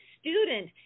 student